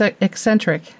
eccentric